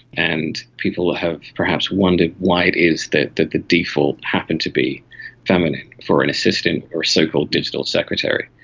and people have perhaps wondered why it is that the the default happened to be feminine for an assistant or a so-called digital secretary.